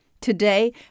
Today